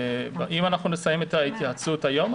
אם אנחנו נסיים את ההתייעצות היום,